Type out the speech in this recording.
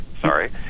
Sorry